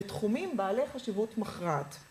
תחומים בעלי חשיבות מכרעת